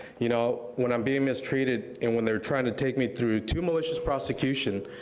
you know, when i'm being mistreated, and when they're trying to take me through two malicious prosecutions,